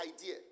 idea